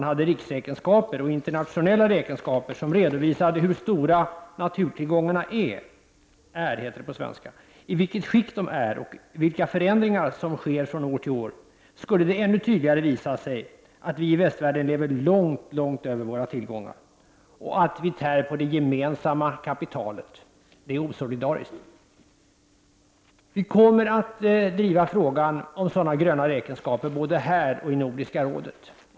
Om vi hade riksräkenskaper och internationella räkenskaper som redovisade hur stora naturtillgångarna är, deras skick och vilka förändringar som sker från år till år, skulle det ännu tydligare visa sig att vi i västvärlden lever långt över våra tillgångar och att vi tär på det gemensamma kapitalet. Detta är osolidariskt. Vi från miljöpartiet kommer att driva frågan om sådana gröna räkenskaper både här och i Nordiska rådet.